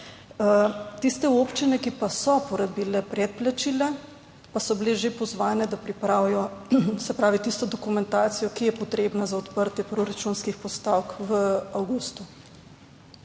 Tiste občine, ki pa so porabile predplačila, pa so bile že pozvane, da pripravijo, se pravi tisto dokumentacijo, ki je potrebna za odprtje proračunskih postavk v avgustu.